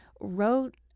wrote